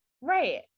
Right